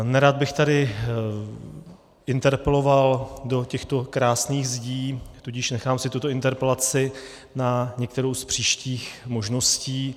Nerad bych tady interpeloval do těchto krásných zdí, tudíž si nechám tuto interpelaci na některou z příštích možností.